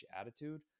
attitude